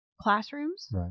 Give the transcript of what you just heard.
classrooms